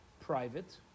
private